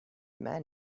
man